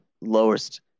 lowest